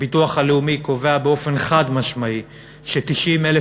הביטוח הלאומי קובע באופן חד-משמעי ש-90,000